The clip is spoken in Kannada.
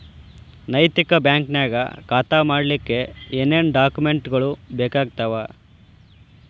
ನೈತಿಕ ಬ್ಯಾಂಕ ನ್ಯಾಗ್ ಖಾತಾ ಮಾಡ್ಲಿಕ್ಕೆ ಏನೇನ್ ಡಾಕುಮೆನ್ಟ್ ಗಳು ಬೇಕಾಗ್ತಾವ?